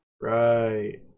Right